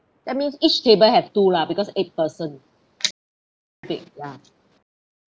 that means each table have two lah because eight person I think ya